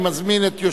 43